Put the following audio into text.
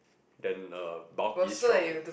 than a bulky strong